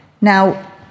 Now